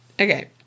Okay